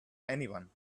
anyone